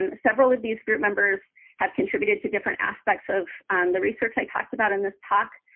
um several of these group members have contributed to different aspects of the research i talked about in this talk.